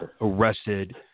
arrested